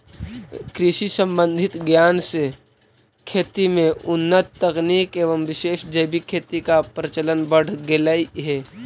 कृषि संबंधित ज्ञान से खेती में उन्नत तकनीक एवं विशेष जैविक खेती का प्रचलन बढ़ गेलई हे